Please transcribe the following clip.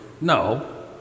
no